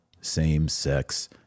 same-sex